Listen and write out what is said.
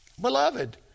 Beloved